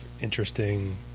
interesting